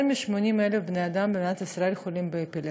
יותר מ-80,000 בני-אדם במדינת ישראל חולים באפילפסיה,